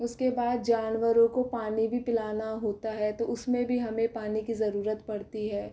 उसके बाद जानवरों को पानी भी पीलाना होता है उसमें भी हमे पानी की ज़रुरत पड़ती है